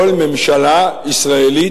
כל ממשלה ישראלית,